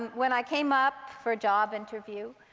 when i came up for a job interview,